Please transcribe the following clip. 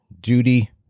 duty